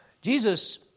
Jesus